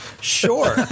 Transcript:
Sure